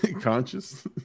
Conscious